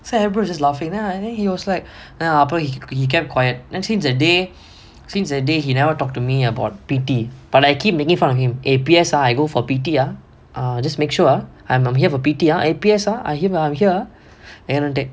so everybody was just laughing then then he was like ah அப்ப:appa he keep quiet then since that day since that day he never talk to me about P_T but I keep making fun of him eh P_S ah I go for P_T ah ah just make sure I'm I'm here for P_T ah P_S ah you know I'm here ah வேணுண்டே:venundae